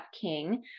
King